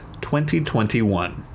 2021